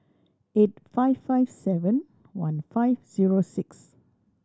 eight five five seven one five zero six